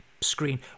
screen